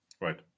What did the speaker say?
Right